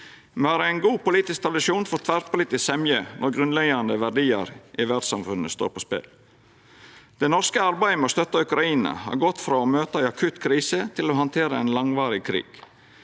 Me har ein god politisk tradisjon for tverrpolitisk semje når grunnleggjande verdiar i verdssamfunnet står på spel. Det norske arbeidet med å støtta Ukraina har gått frå å møta ei akutt krise til å handtera ein langvarig krig.